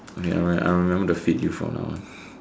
oh ya you're right I remember the feet you found out